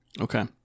Okay